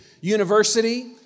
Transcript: University